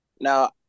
Now